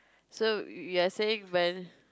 so you you are saying when